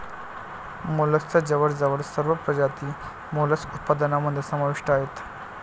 मोलस्कच्या जवळजवळ सर्व प्रजाती मोलस्क उत्पादनामध्ये समाविष्ट आहेत